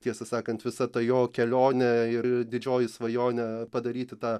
tiesą sakant visą tą jo kelionę ir didžioji svajonė padaryti tą